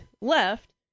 left